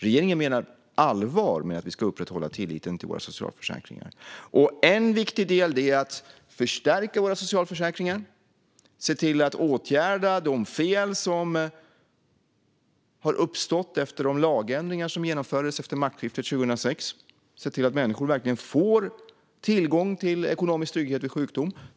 Regeringen menar allvar med att vi ska upprätthålla tilliten till våra socialförsäkringar. En viktig del är att förstärka våra socialförsäkringar, att se till att åtgärda de fel som har uppstått efter de lagändringar som genomfördes efter maktskiftet 2006 och att se till att människor verkligen får tillgång till ekonomisk trygghet vid sjukdom.